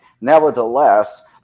nevertheless